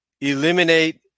eliminate